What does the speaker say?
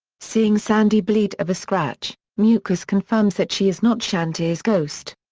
seeing sandy bleed of a scratch, mukesh confirms that she is not shanti's ghost.